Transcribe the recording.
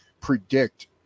predict